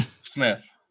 Smith